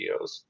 videos